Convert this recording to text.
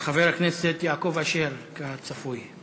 חבר הכנסת יעקב אשר, כצפוי.